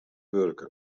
wurke